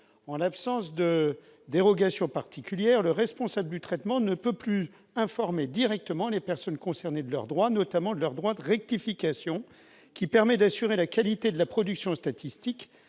en absence de dérogations particulières, le responsable du traitement ne peut plus informer directement les personnes concernées de leurs droits, notamment de leur droit de rectification qui permet d'assurer la qualité de la production statistique